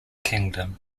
kingdom